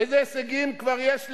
איזה הישגים כבר יש לליברמן?